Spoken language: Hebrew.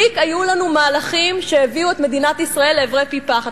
היו לנו מספיק מהלכים שהביאו את מדינת ישראל לעברי פי פחת,